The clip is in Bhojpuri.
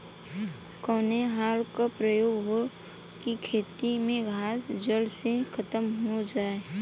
कवने हल क प्रयोग हो कि खेत से घास जड़ से खतम हो जाए?